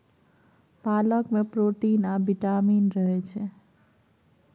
पालक मे प्रोटीन आ बिटामिन रहय छै